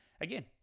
again